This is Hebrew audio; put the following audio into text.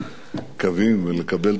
קווים ולקבל את ההערכה